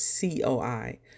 COI